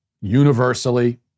universally